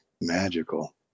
magical